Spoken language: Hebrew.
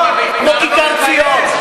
כיכרות, כמו כיכר-ציון.